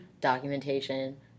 documentation